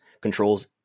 controls